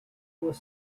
was